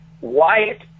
Wyatt